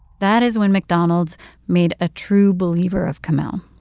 that is when mcdonald's made a true believer of kamel.